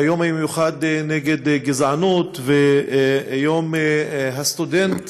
היום המיוחד נגד גזענות, ויום הסטודנט.